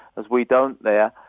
as we don't there.